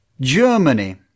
Germany